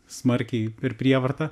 smarkiai per prievartą